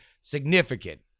significant